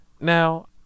Now